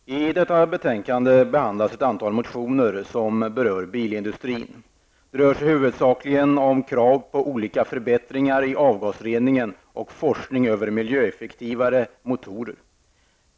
Herr talman! I detta betänkande behandlas ett antal motioner som berör bilindustrin. Det rör sig huvudsakligen om krav på olika förbättringar i avgasreningen och forskning om miljöeffektivare motorer.